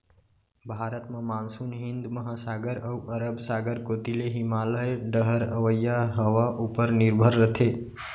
भारत म मानसून हिंद महासागर अउ अरब सागर कोती ले हिमालय डहर अवइया हवा उपर निरभर रथे